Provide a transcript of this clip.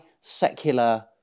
secular